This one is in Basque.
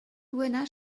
duena